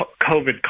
COVID